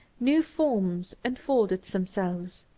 new forms unfolded themselves.